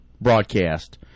broadcast